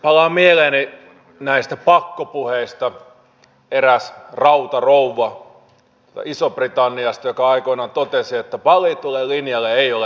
palaa mieleeni näistä pakkopuheista eräs rautarouva isosta britanniasta joka aikoinaan totesi että valitulle linjalle ei ole vaihtoehtoja